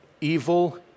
Evil